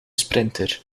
sprinter